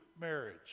marriage